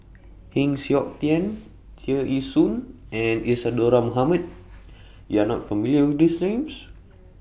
Heng Siok Tian Tear Ee Soon and Isadhora Mohamed YOU Are not familiar with These Names